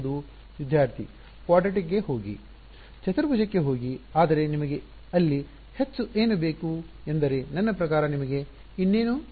ವಿದ್ಯಾರ್ಥಿ ಚತುರ್ಭುಜಕ್ಕೆಕ್ವಾಡ್ರಾಟಿಕ್ ಕ್ಕೆ ಹೋಗಿ ಚತುರ್ಭುಜಕ್ಕೆ ಹೋಗಿ ಆದರೆ ನಿಮಗೆ ಅಲ್ಲಿ ಹೆಚ್ಚು ಏನು ಬೇಕು ಎಂದರೆ ನನ್ನ ಪ್ರಕಾರ ನಿಮಗೆ ಇನ್ನೇನು ಬೇಕು